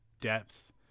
depth